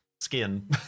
skin